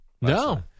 No